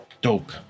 Dope